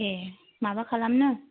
ए माबा खालामनो